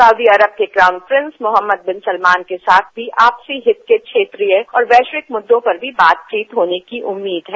Saudi Arab के crown prince Mohammed bin Salman के साथ आपसी हित के क्षेत्रीय और वैश्विक मुद्दों पर भी बातचीत होने की उम्मीमद है